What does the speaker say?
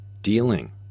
dealing